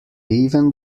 even